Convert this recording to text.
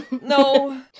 no